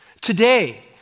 Today